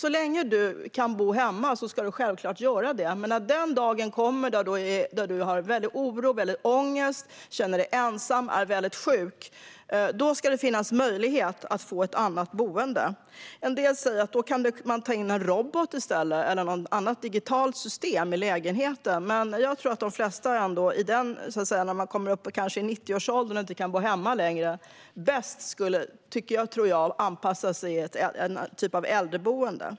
Så länge du kan bo hemma ska du självklart göra det, men när den dag kommer då du känner oro och ångest, känner dig ensam eller är väldigt sjuk ska det finnas möjlighet att få ett annat boende. En del säger att man då kan ta in en robot eller något annat digitalt system i lägenheten, men jag tror att de flesta som kommer upp i 90-årsåldern och inte kan bo hemma längre bäst skulle anpassa sig i någon typ av äldreboende.